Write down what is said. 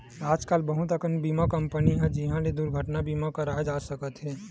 आजकल बहुत कन बीमा कंपनी हे जिंहा ले दुरघटना बीमा करवाए जा सकत हे